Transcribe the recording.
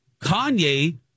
Kanye